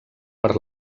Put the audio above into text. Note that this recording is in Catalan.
per